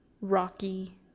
rocky